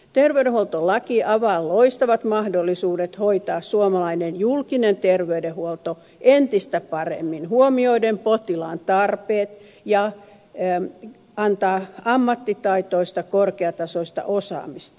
terveydenhuoltolaki avaa loistavat mahdollisuudet hoitaa suomalainen julkinen terveydenhuolto entistä paremmin huomioiden potilaan tarpeet ja antaa ammattitaitoista korkeatasoista osaamista